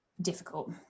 difficult